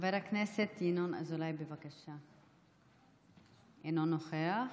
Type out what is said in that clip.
חבר הכנסת ינון אזולאי, בבקשה, אינו נוכח,